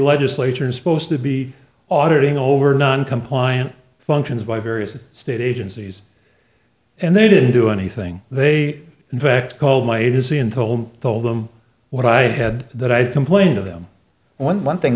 legislature is supposed to be auditing over non compliant functions by various state agencies and they didn't do anything they in fact called my agency and told told them what i had that i'd complain to them one thing